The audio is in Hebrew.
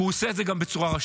כי הוא עושה את זה בצורה רשלנית.